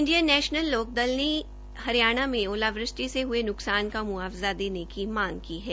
Indian National Lokdal ने हरियाणा में ओलावृष्टि से हुए नुकसान का मुआवजा देने की मांग की है